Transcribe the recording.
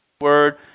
Word